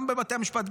גם בבתי המשפט,